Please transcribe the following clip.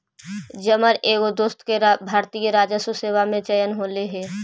जमर एगो दोस्त के भारतीय राजस्व सेवा में चयन होले हे